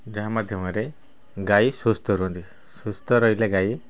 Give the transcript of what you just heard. ଯାହା ମାଧ୍ୟମରେ ଗାଈ ସୁସ୍ଥ ରୁହନ୍ତି ସୁସ୍ଥ ରହିଲେ ଗାଈ